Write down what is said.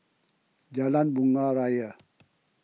Jalan Bunga Raya